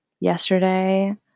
yesterday